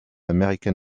american